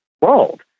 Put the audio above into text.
world